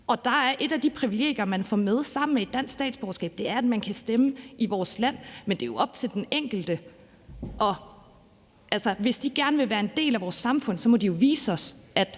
Og der er et af de privilegier, man får med sammen med et dansk statsborgerskab, at man kan stemme i vores land. Men det er jo op til den enkelte – hvis de gerne vil være en del af vores samfund, må de jo vise os, at